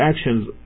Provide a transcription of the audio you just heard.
actions